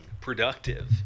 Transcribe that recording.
productive